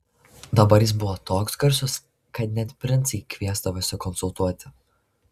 dabar jis buvo toks garsus kad net princai kviesdavosi konsultuoti